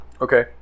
Okay